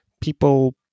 people